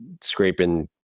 scraping